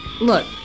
Look